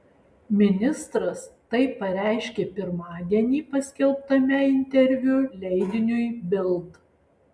ministras tai pareiškė pirmadienį paskelbtame interviu leidiniui bild